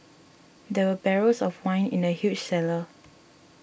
there were barrels of wine in the huge cellar